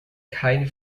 kein